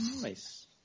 Nice